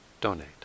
donate